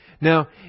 Now